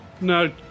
No